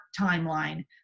timeline